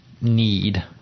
need